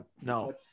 No